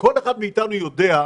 את הדיון.